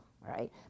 right